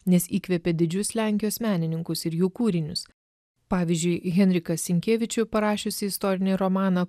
nes įkvėpė didžius lenkijos menininkus ir jų kūrinius pavyzdžiui henriką sinkėvičių parašiusį istorinį romaną